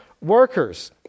workers